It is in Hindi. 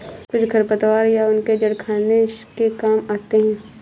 कुछ खरपतवार या उनके जड़ खाने के काम आते हैं